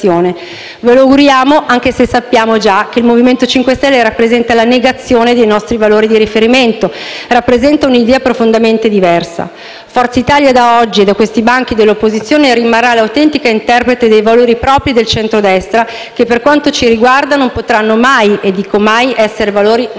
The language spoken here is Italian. Ve lo auguriamo, anche se sappiamo già che il MoVimento 5 Stelle rappresenta la negazione dei nostri valori di riferimento, rappresenta un'idea profondamente diversa. Forza Italia, da oggi, da questi banchi dell'opposizione, rimarrà l'autentica interprete dei valori propri del centrodestra che, per quanto ci riguarda, non potranno mai, e dico mai, essere valori negoziabili.